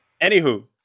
anywho